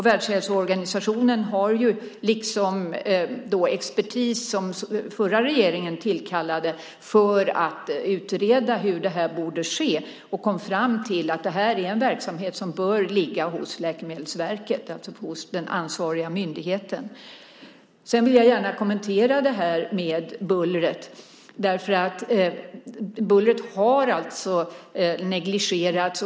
Världshälsoorganisationen har ju, liksom expertis som den förra regeringen tillkallade för att utreda hur det här borde ske, kommit fram till att det här är en verksamhet som bör ligga hos Läkemedelsverket, alltså hos den ansvariga myndigheten. Sedan vill jag gärna kommentera bullret. Bullret har alltså negligerats.